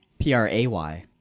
p-r-a-y